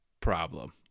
problem